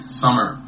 summer